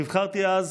נבחרתי אז